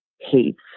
hates